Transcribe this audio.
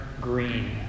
green